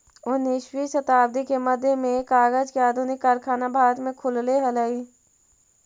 उन्नीसवीं शताब्दी के मध्य में कागज के आधुनिक कारखाना भारत में खुलले हलई